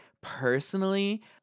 personally